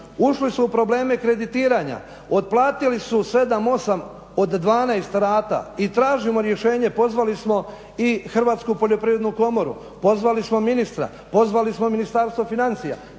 ušli su u probleme kreditiranja, otplatili su 7, 8 od 12 rata i tražimo rješenje. Pozvali smo i Hrvatsku poljoprivrednu komoru, pozvali smo ministra, pozvali smo Ministarstvo financija